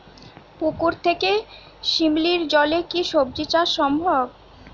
পুকুর থেকে শিমলির জলে কি সবজি চাষ সম্ভব?